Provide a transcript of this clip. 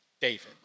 David